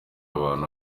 abantu